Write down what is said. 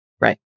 Right